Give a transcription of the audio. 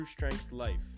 TrueStrengthLife